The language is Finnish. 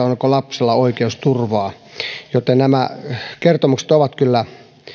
onko lapsella oikeusturvaa nämä kertomukset ovat kyllä